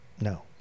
no